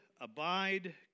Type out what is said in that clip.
abide